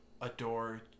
adore